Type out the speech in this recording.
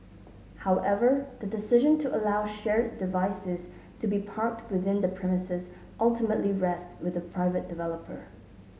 however the decision to allow shared devices to be parked within the premises ultimately rests with the private developer